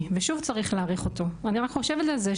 ושוב צריך להאריך אותו .אני רק חושבת על זה,